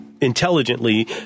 intelligently